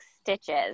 stitches